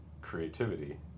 creativity